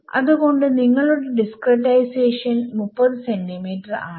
അത്കൊണ്ട് നിങ്ങളുടെ discretisation 30cm ആണ്